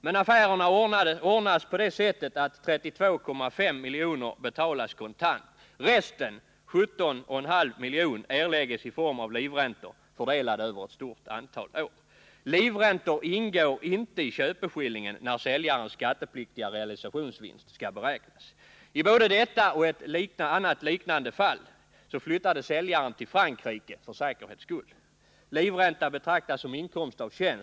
Men affärerna ordnas på det sättet att 32,5 miljoner betalas kontant. Resten — 17,5 miljoner —- erläggs i form av livräntor fördelade över ett stort antal år. Livräntor ingår inte i köpeskillingen när säljarens skattepliktiga realisationsvinst skall beräknas. I både detta och ett annat liknande fall flyttade säljaren till Frankrike för säkerhets skull. Livränta betraktas som inkomst av tjänst.